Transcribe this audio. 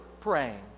praying